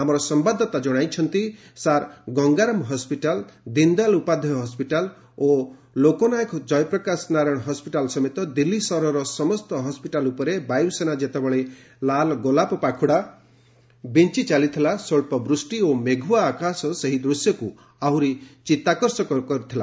ଆମର ସମ୍ଭାଦଦାତା ଜଣାଇଛନ୍ତି sir Gangaram hospital Deen Dayal Upadhyay hospital ଓ ଲୋକନାୟକ ଜୟପ୍ରକାଶ ନାରାୟଣ ହସ୍ପିଟାଲ ସମେତ ଦିଲ୍ଲୀ ସହରର ସମସ୍ତ ହସ୍ପିଟାଲ ଉପରେ ବାୟୁସେନା ଯେତେବେଳେ ଲାଲଗୋଲାପ ପାଖୁଡା ବିଞ୍ଚ ଚାଲିଥିଲା ସ୍ୱଚ୍ଚ ବୃଷ୍ଟି ଓ ମେଘୁଆ ଆକାଶ ସେହି ଦୃଶ୍ୟକୁ ଆହୁରି ଚିତାକର୍ଷକ କରିଦେଇଥିଲା